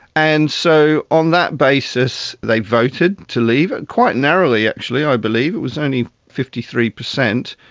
and so on that basis they voted to leave, quite narrowly actually i believe, it was only fifty three percent.